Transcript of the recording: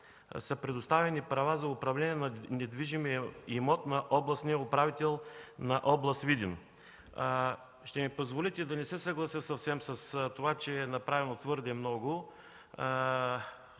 са предоставени права за управление на недвижимия имот на областния управител на област Видин. Ще ми позволите да не се съглася съвсем, че е направено твърде много.